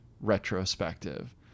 retrospective